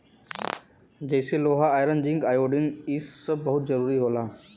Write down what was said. जइसे लोहा iron zinc iodine इ सब बहुत जरूरी होला